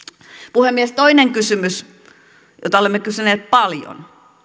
puhemies toinen kysymys jota olemme kysyneet paljon